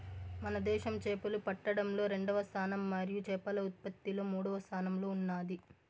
మన దేశం చేపలు పట్టడంలో రెండవ స్థానం మరియు చేపల ఉత్పత్తిలో మూడవ స్థానంలో ఉన్నాది